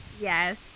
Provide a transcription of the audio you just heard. Yes